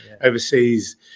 overseas